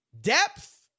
depth